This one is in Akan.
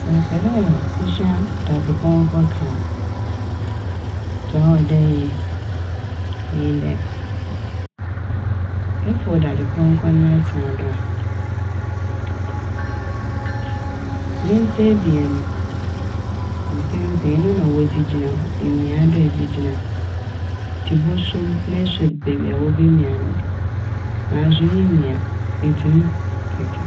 Sɛ epɛ dɛ isua daadzepɔnkɔ ka a dza ɔwɔ dɛ ɛyɛ nye dɛ efow daadzepɔnkɔ n' na ɛtsena do a Ne nsa ebien no, mpɛn pii no eno na wɔdze gyina, emia do a edze gyina, ntsi busuo m' na esuo beebi a wobemia no do naaso mmia edze m' kɛkɛ.